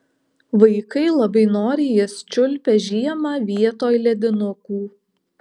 vaikai labai noriai jas čiulpia žiemą vietoj ledinukų